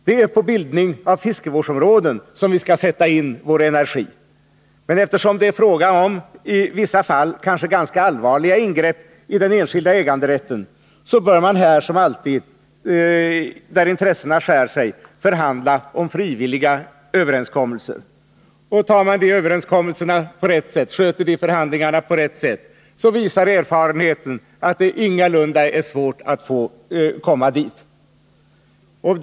Det är på bildande av fiskevårdsområden som vi skall sätta in vår energi, men eftersom det är fråga om i vissa fall kanske ganska allvarliga ingrepp i den enskilda äganderätten, bör man här som alltid, där intressena skär sig, förhandla om frivilliga överenskommelser. Sköter man förhandlingarna på rätt sätt, visar erfarenheten att det ingalunda är svårt att nå resultat.